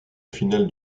finale